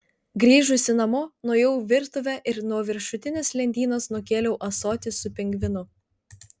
grįžusi namo nuėjau į virtuvę ir nuo viršutinės lentynos nukėliau ąsotį su pingvinu